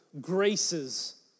graces